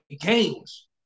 games